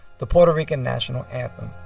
the puerto rican national anthem